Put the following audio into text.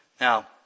Now